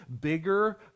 bigger